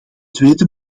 tweede